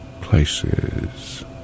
places